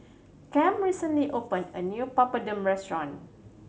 cam recently opened a new Papadum restaurant